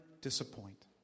disappoint